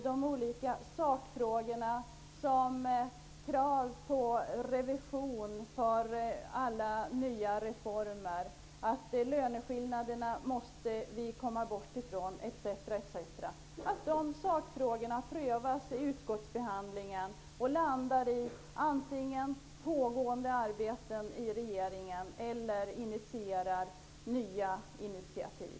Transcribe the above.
De olika sakfrågorna prövas vid utskottsbehandlingen, och kraven -- exempelvis att en revision skall göras av alla nya reformer och att vi måste komma bort ifrån löneskillnaderna etc. -- antingen landar i pågående arbeten i regeringen eller resulterar i nya initiativ.